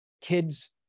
kids